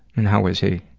and how was he?